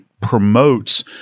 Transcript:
promotes